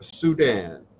Sudan